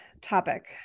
topic